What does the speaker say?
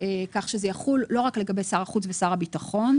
כך שזה יחול לא רק לגבי שר החוץ ושר הביטחון,